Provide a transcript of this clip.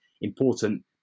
important